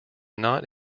not